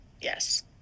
Yes